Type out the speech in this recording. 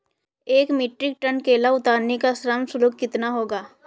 एक metric ton केला उतारने का श्रम शुल्क कितना होगा?